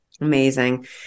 Amazing